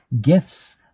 gifts